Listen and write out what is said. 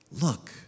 look